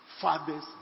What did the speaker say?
father's